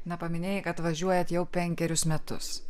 na paminėjai kad važiuojat jau penkerius metus